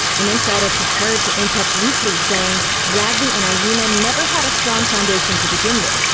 an insider concurred to in touch weekly, saying bradley and irina never had a strong foundation to begin with.